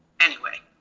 anyway.